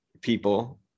people